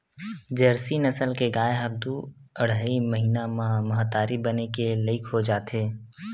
Jersey नसल के गाय ह दू अड़हई महिना म महतारी बने के लइक हो जाथे